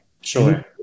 Sure